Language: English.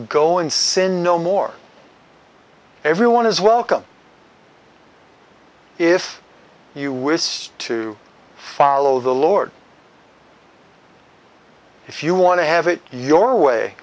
go and sin no more everyone is welcome if you wish to follow the lord if you want to have it your way